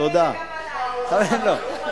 היא לא הגנה גם עלי, זה בסדר.